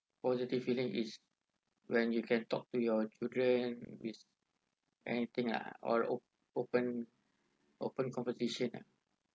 positive feeling is when you can talk to your children with anything lah or o~ open open conversation lah